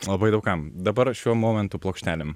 labai daug kam dabar šiuo momentu plokštelėm